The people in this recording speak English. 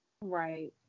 Right